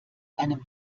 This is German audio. einem